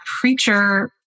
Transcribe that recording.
preacher